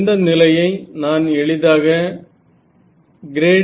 இந்த நிலையை நான் எளிதாக ∇